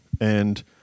and-